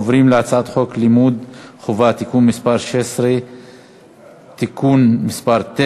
הצעת חוק הסנגוריה הציבורית (תיקון מס' 19),